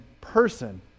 person